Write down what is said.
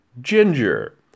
ginger